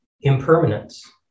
impermanence